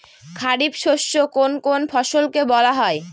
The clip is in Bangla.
খারিফ শস্য কোন কোন ফসলকে বলা হয়?